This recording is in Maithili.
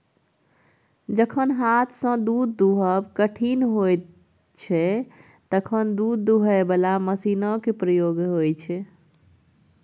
जखन हाथसँ दुध दुहब कठिन होइ छै तखन दुध दुहय बला मशीनक प्रयोग होइ छै